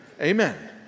Amen